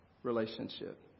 Relationship